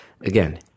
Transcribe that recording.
again